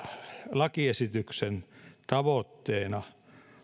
lakiesityksen tavoitteena